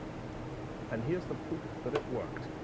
and here's the proof that it worked.